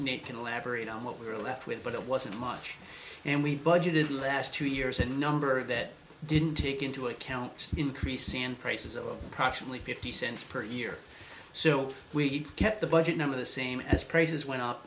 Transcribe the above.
to elaborate on what we're left with but it wasn't much and we budgeted last two years a number that didn't take into account increases and prices of approximately fifty cents per year so we kept the budget number the same as prices went up